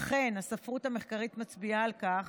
אכן הספרות המחקרית מצביעה על כך